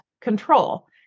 control